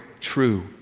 true